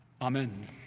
Amen